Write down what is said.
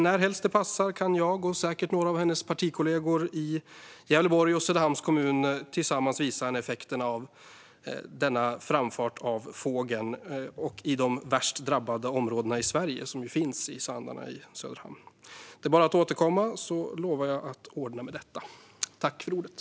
Närhelst det passar kan jag och säkert några av ministerns partikollegor i Gävleborg och Söderhamns kommun tillsammans visa henne effekterna av fågelns framfart i de värst drabbade områdena i Sverige, som ju finns i Sandarne i Söderhamn. Det är bara att återkomma till mig så lovar jag att ordna med detta.